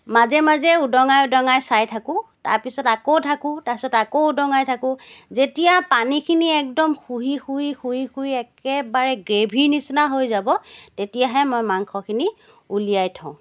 মাজে মাজে উদঙাই উদঙাই চাই থাকো তাৰপিছত আকৌ ঢাকো তাৰপিছত আকৌ উদঙাই থাকো যেতিয়া পানীখিনি একদম শুহি শুহি শুহি শুহি একেবাৰে গ্ৰেভীৰ নিচিনা হৈ যাব তেতিয়াহে মই মাংসিখনি উলিয়াই থওঁ